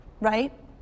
right